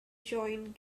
joined